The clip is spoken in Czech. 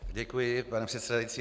Děkuji, pane předsedající.